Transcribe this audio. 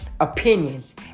opinions